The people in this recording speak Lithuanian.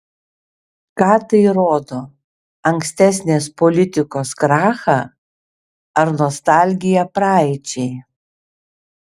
ką tai rodo ankstesnės politikos krachą ar nostalgiją praeičiai